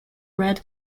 red